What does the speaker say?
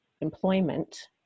employment